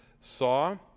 saw